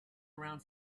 around